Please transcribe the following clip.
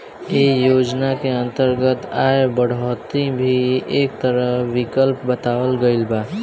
ऐ योजना के अंतर्गत आय बढ़ोतरी भी एक तरह विकल्प बतावल गईल बा